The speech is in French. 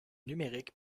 numérique